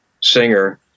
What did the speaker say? singer